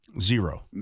Zero